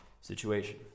situation